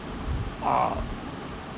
uh